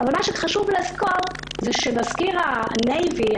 אבל חשוב לזכור שמזכיר הנייבי,